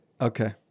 Okay